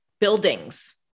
buildings